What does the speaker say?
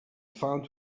found